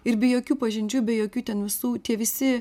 ir be jokių pažinčių be jokių ten visų tie visi